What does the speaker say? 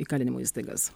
įkalinimo įstaigas